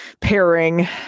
pairing